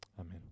Amen